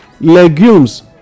legumes